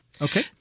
Okay